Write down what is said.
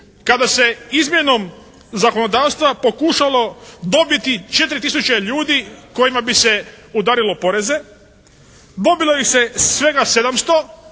kada se izmjenom zakonodavstva pokušalo dobiti 4 tisuće ljudi kojima bi se udarilo poreze. Dobilo ih se svega 700